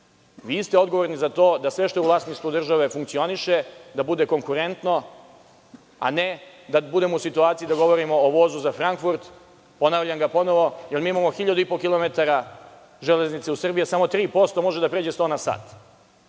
Vi ste odgovorni za to da sve što je u vlasništvu države funkcioniše, da bude konkurentno, a ne da budemo u situaciji da govorimo o vozu za Frankfurt. Ponavljam ga ponovo, jer imamo 1500 kilometara železnica u Srbiji, a samo 3% može da pređe 100 na sat.